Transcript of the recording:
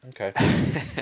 okay